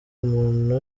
umuntu